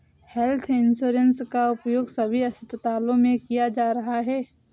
health insurance का उपयोग सभी अस्पतालों में किया जा रहा है